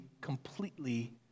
completely